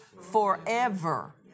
forever